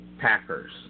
Packers